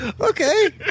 Okay